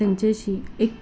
त्यांच्याशी एक